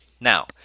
Now